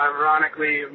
Ironically